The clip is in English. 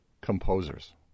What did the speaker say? composers